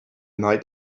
night